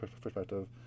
perspective